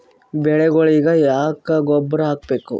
ಬೆಳಿಗೊಳಿಗಿ ಯಾಕ ಗೊಬ್ಬರ ಹಾಕಬೇಕು?